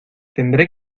tendré